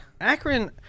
Akron